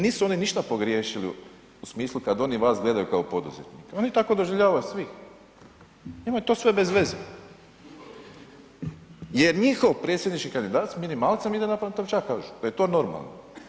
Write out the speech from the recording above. Nisu oni ništa pogriješili u smislu kada oni vas gledaju kao poduzetnika, oni tako doživljavaju svih, njima je to sve bezveze jer njihov predsjednički kandidat s minimalcem ide na Pantovčak kažu da je to normalno.